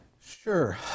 Sure